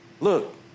look